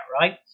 right